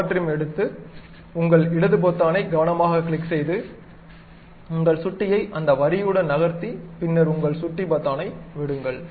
power trim எடுத்து உங்கள் இடது பொத்தானைக் கவனமாகக் கிளிக் செய்து உங்கள் சுட்டியை அந்த வரியுடன் நகர்த்தி பின்னர் உங்கள் சுட்டி பொத்தானை விடுங்கள்